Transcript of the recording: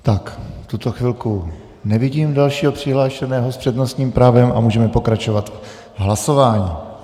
V tuto chvilku nevidím dalšího přihlášeného s přednostním právem a můžeme pokračovat v hlasování.